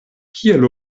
kiel